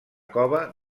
cova